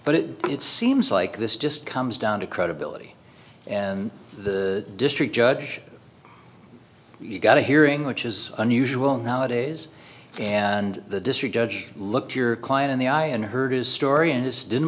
but it seems like this just comes down to credibility and the district judge you got a hearing which is unusual nowadays and the district judge looked your client in the eye and heard his story and just didn't